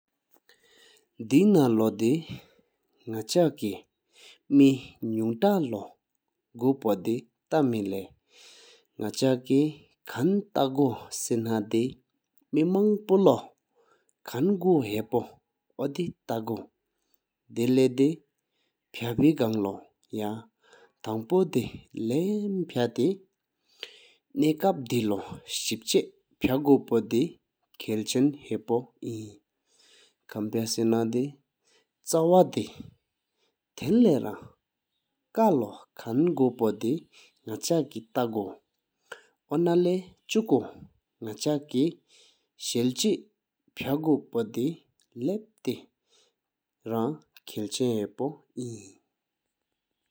དེ་ན་ལོ་དེ་ནག་ཆ་སྐད་མེ་དུང་ཏ་ལོ་གོ་པོ་དེ་ཏ་སྨད་ལེགས་མི་ནག་ཆ་སྐད་མཆན་བེ་རིན་ལས་དེ་མེ་མང་པོ་ལོ་མཆན་གོ་ཧ་བོོ་འདེ་ཏ་གོ། ལེ་ལེ་དེ་ཕ་བེ་གང་ལོ་ཡང་ཐང་པོ་དེ་ལམ་ཕའི་ནག་ཆ་དེ་ལོ་བཞིབས་ཅེད་བཀར་འདི་ཁལ་ཕ་ཅན་ཧ་བོ་འི། མཆན་ཕ་སེ་ནོ་མཆི་ནོ་ཚང་སྒྲ་དེ་ཐལ་གསལ་བཟུད་རིས་ཀལོ་ཁ་དོ་མཆན་བོ་སྐད་དང་གཉེར་རིང་གང་། ཨོ་ན་ལཡ་ཆུ་ཀུ་མགོ་ནག་ཆ་སྐད་སྐད་མེ་ཧ་བོ་དེ་ལབ་ཟིན་རེང་འདྲམ་ཧ་བོ་འི།